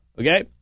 Okay